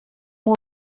molt